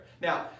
Now